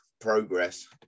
Progress